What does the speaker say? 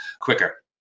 quicker